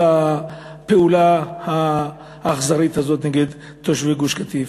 הפעולה האכזרית הזאת נגד תושבי גוש-קטיף.